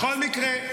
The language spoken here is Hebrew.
בכל מקרה,